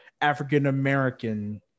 African-American